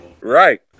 Right